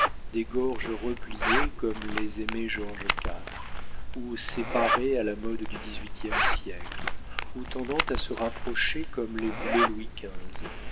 des gorges repliées comme les aimait georges iv ou séparées à la mode du dix-huitième siècle ou tendant à se rapprocher comme les voulait